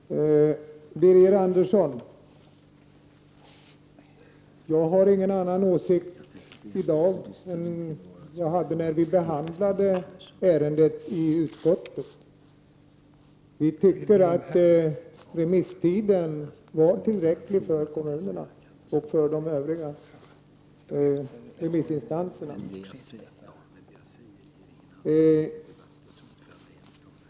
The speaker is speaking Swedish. Fru talman! Till Birger Andersson vill jag säga att jag inte har någon annan åsikt i dag än jag hade när vi behandlade ärendet i utskottet. Vi tycker att remisstiden var tillräcklig för kommunerna och för de övriga remissin= stanserna.